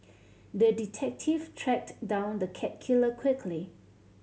the detective tracked down the cat killer quickly